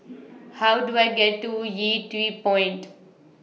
How Do I get to Yew Tee Point